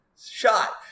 shot